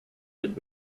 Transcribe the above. did